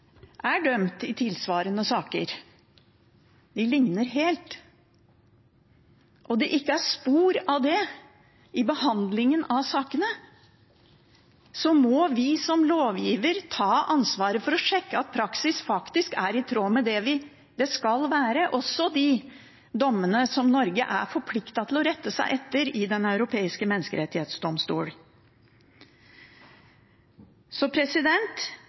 er dømt i tilsvarende saker – de ligner helt – og det ikke er spor av det i behandlingen av sakene, må vi som lovgivere ta ansvaret for å sjekke at praksis faktisk er i tråd med det det skal være, også med de dommene som Norge er forpliktet til å rette seg etter i Den europeiske menneskerettsdomstol. Så